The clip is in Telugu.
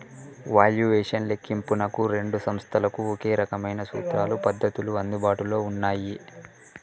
వాల్యుయేషన్ లెక్కింపునకు రెండు సంస్థలకు ఒకే రకమైన సూత్రాలు, పద్ధతులు అందుబాటులో ఉన్నయ్యి